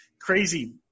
crazy